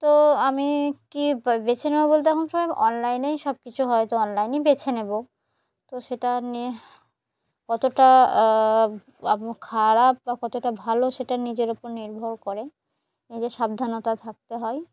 তো আমি কী বেছে নেব বলতে এখন সবাই অনলাইনেই সব কিছু হয় তো অনলাইনই বেছে নেব তো সেটা নিয়ে কতটা খারাপ বা কতটা ভালো সেটা নিজের ওপর নির্ভর করে নিজের সাবধানতা থাকতে হয়